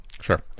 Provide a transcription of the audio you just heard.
sure